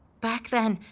back then,